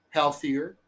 healthier